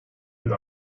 bir